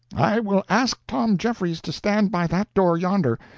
i will ask tom jeffries to stand by that door yonder,